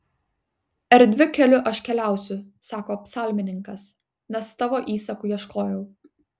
erdviu keliu aš keliausiu sako psalmininkas nes tavo įsakų ieškojau